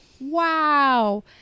wow